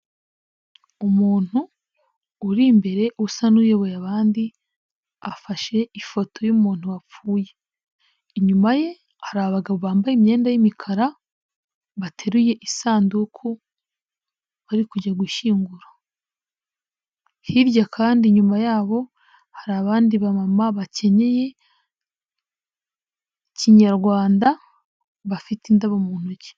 Umuntu uri imbere usa n'uyoboye abandi afashe ifoto y'umuntu wapfuye, inyuma ye hari abagabo bambaye imyenda y'imikara bateruye isanduku bari kujya gushyingura, hirya kandi inyuma yabo hari abandi bamama bakenyeye kinyarwanda bafite indabo mu ntoki.